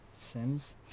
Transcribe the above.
Sims